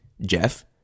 Jeff